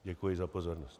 Děkuji za pozornost.